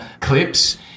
clips